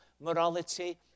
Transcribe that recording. morality